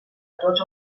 tots